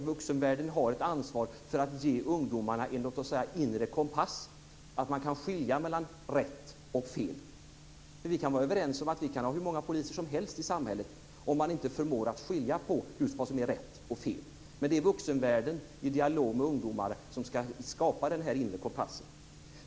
Vuxenvärlden har ett ansvar för att ge ungdomarna en låt oss säga inre kompass så att man kan skilja mellan rätt och fel. Vi kan vara överens om att vi kan ha hur många poliser som helst i samhället om man inte förmår att skilja på vad som är rätt och fel. Det är vuxenvärlden i dialog med ungdomar som ska skapa den inre kompassen.